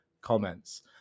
comments